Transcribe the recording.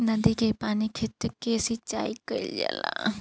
नदी के पानी से खेत के सिंचाई कईल जाला